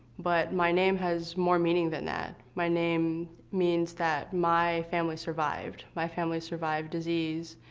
but my name has more meaning than that. my name means that my family survived. my family survived disease.